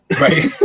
right